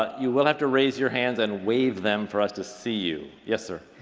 ah you will have to raise your hands and wave them for us to see you. yes, sir?